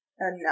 Enough